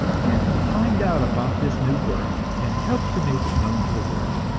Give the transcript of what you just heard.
and find out about this new work and help to make it known to the world.